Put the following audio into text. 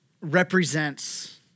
represents